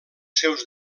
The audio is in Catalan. seus